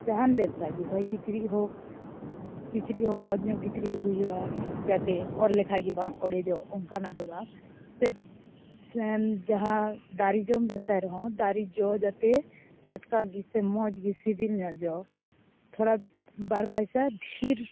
ᱡᱟᱦᱟᱱ ᱵᱮᱵᱽᱥᱟ ᱜᱮ ᱦᱚᱭ ᱠᱤᱪᱨᱤᱡ ᱦᱳᱠ ᱠᱤᱪᱨᱤᱡ ᱦᱚᱸ ᱢᱚᱡᱽᱧᱚᱜ ᱠᱤᱪᱨᱤᱡ ᱟᱹᱜᱩᱭ ᱦᱩᱭᱩᱜᱼᱟ ᱡᱟᱛᱮ ᱚᱨ ᱞᱮᱠᱷᱟᱱ ᱜᱮ ᱵᱟᱝ ᱚᱲᱮᱡᱚᱜ ᱚᱱᱠᱟᱱᱟᱜ ᱫᱚ ᱵᱟᱝ ᱥᱮ ᱥᱮᱼᱮᱢ ᱡᱟᱦᱟᱸ ᱫᱟᱨᱮ ᱡᱚᱢ ᱵᱮᱵᱽᱥᱟᱭ ᱨᱮᱦᱚᱸ ᱫᱟᱨᱮ ᱡᱚ ᱡᱟᱛᱮ ᱴᱟᱴᱠᱟᱜᱮ ᱥᱮ ᱢᱚᱡᱽᱜᱮ ᱥᱤᱵᱤᱞᱧᱚᱜ ᱡᱚ ᱛᱷᱚᱲᱟ ᱵᱟᱨ ᱯᱚᱭᱥᱟ ᱰᱷᱮᱨ